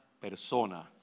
persona